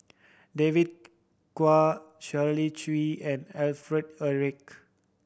David Kwo Shirley Chew and Alfred Eric